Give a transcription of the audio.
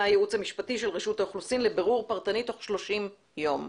הייעוץ המשפטי של רשות האוכלוסין לבירור פרטני תוך 30 יום.